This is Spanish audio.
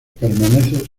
permanece